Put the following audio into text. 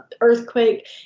earthquake